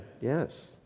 Yes